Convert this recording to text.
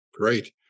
Great